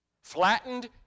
flattened